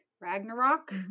Ragnarok